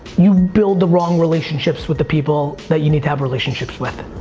you build the wrong relationships with the people that you need to have relationships with.